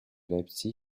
leipzig